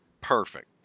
Perfect